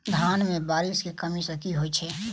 धान मे बारिश केँ कमी सँ की होइ छै?